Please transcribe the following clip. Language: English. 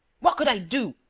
what could i do?